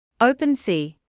OpenSea